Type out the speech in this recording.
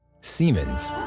Siemens